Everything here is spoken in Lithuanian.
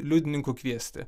liudininkų kviesti